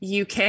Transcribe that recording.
UK